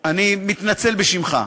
לא, לא,